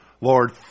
Lord